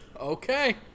Okay